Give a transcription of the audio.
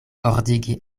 ordigi